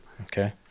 Okay